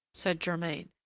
said germain,